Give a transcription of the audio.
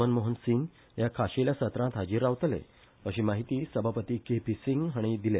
मनमोहन सिंग ह्या खाशेल्या सत्रांत हाजीर रावतले अशी माहिती सभापती के पी सिंग हांणी दिल्या